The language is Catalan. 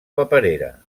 paperera